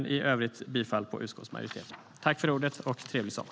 I övrigt yrkar jag bifall till utskottsmajoritetens förslag i betänkandet. Trevlig sommar!